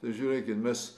žiūrėkit mes